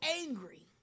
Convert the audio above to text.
angry